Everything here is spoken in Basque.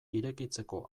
irekitzeko